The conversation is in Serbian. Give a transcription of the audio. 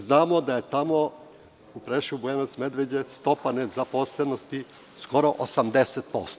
Znamo da je tamo u Preševu, Bujanovcu i Medveđi stopa nezaposlenosti skoro 80%